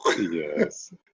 Yes